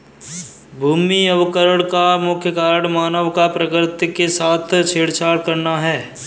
भूमि अवकरण का मुख्य कारण मानव का प्रकृति के साथ छेड़छाड़ करना है